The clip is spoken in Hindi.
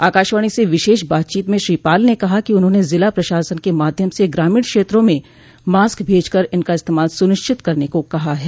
आकाशवाणी से विशेष बातचीत में श्री पाल ने कहा कि उन्होंने जिला प्रशासन के माध्यम से ग्रामीण क्षेत्रों में मास्क भेजकर इनका इस्तेमाल सुनिश्चित कराने को कहा है